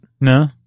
No